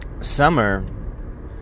summer